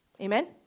Amen